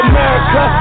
America